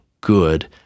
good